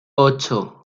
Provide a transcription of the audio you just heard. ocho